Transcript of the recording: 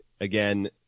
again